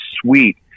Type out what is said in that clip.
sweet